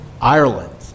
Ireland